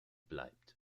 bleibt